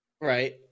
Right